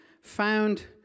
found